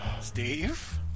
Steve